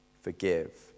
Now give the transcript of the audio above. forgive